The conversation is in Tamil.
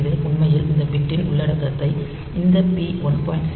இது உண்மையில் இந்த பிட்டின் உள்ளடக்கத்தை இந்த பி1